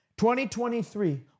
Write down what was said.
2023